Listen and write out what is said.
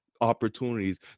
opportunities